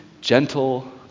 gentle